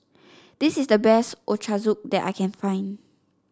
this is the best Ochazuke that I can find